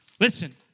Listen